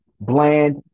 bland